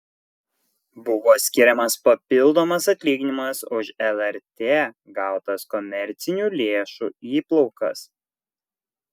buvo skiriamas papildomas atlyginimas už lrt gautas komercinių lėšų įplaukas